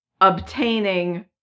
obtaining